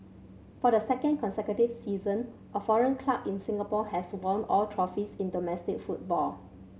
for the second consecutive season a foreign club in Singapore has won all trophies in domestic football